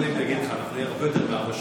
תן לי להגיד לך, אנחנו נהיה הרבה יותר מארבע שנים.